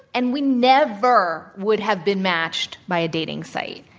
and we never would have been matched by a dating site.